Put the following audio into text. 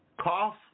cough